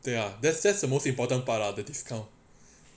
对 ah that's that's the most important lah the discount